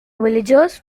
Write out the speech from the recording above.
villagers